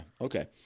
Okay